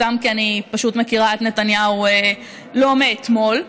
אלא סתם כי אני פשוט מכירה את נתניהו לא מאתמול.